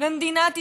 במדינת ישראל: